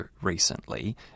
recently